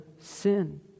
sin